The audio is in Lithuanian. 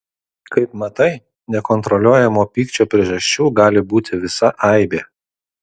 kaip matai nekontroliuojamo pykčio priežasčių gali būti visa aibė